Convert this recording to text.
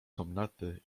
komnaty